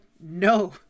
no